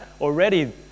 already